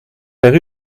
per